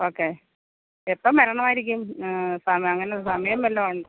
okay എപ്പം വരണമായിരിക്കും സമ അങ്ങനെ സമയം വല്ലതും ഉണ്ടോ